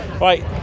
Right